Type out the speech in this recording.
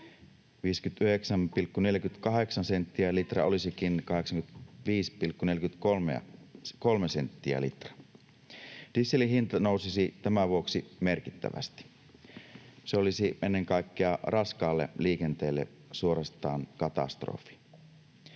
59,48 senttiä/litra olisikin 85,43 senttiä/litra. Dieselin hinta nousisi tämän vuoksi merkittävästi. Se olisi ennen kaikkea raskaalle liikenteelle suorastaan katastrofi.